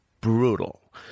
brutal